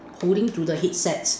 holding to the headsets